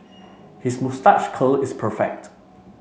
his moustache curl is perfect